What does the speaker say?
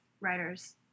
writers